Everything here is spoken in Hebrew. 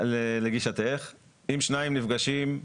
לגישתך אם שניים נפגשים,